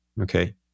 okay